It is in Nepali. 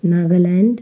नागाल्यान्ड